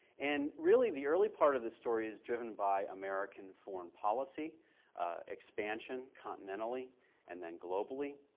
and really the early part of the story is driven by american foreign policy expansion continentally and then globally